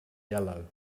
yellow